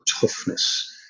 toughness